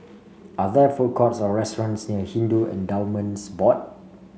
are there food courts or restaurants near Hindu Endowments Board